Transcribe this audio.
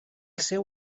seu